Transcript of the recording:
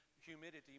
humidity